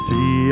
See